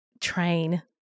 train